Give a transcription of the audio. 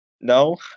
No